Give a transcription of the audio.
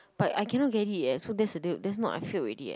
but I cannot get it eh so that's the deal that's not I failed already eh